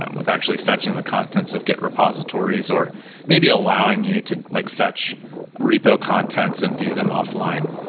um with actually fetching the contents of git repositories or maybe allowing you to like fetch repo contents and view them offline.